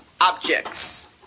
objects